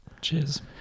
Cheers